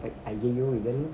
like I don't even